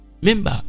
Remember